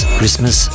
Christmas